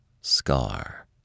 scar